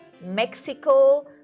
Mexico